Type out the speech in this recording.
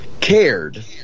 cared